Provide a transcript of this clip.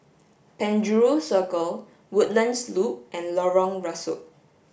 Penjuru Circle Woodlands Loop and Lorong Rusuk